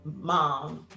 mom